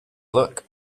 look